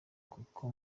kuko